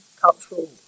cultural